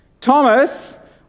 Thomas